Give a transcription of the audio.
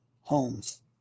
homes